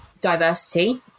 diversity